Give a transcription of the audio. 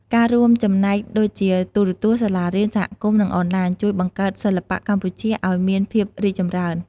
ការរួមចំណែកដូចជាទូរទស្សន៍ សាលារៀន សហគមន៍ និងអនឡាញ ជួយបង្កើតសិល្បៈកម្ពុជាឲ្យមានភាពចម្រើន។